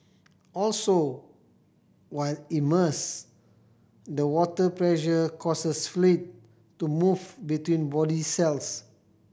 also while immersed the water pressure causes fluid to move between body cells